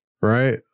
right